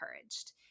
encouraged